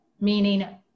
Meaning